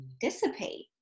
dissipate